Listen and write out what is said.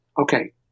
Okay